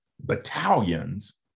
battalions